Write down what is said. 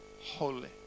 holy